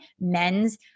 men's